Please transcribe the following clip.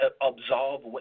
absolve